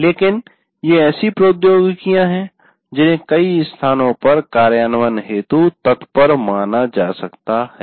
लेकिन ये ऐसी प्रौद्योगिकियां हैं जिन्हें कई स्थानों पर कार्यान्वयन हेतु तत्पर माना जा सकता है